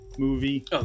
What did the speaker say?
movie